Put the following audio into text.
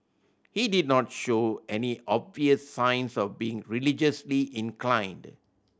he did not show any obvious signs of being religiously inclined